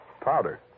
Powder